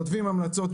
כותבים המלצות,